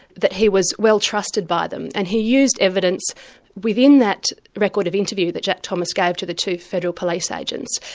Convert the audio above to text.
that he was well trusted by them, and he used evidence within that record of interview that jack thomas gave to the two federal police agents.